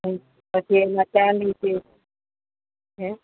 હા પછી એમાં ચાંદી છે હેં